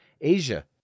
Asia